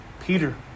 Peter